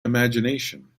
imagination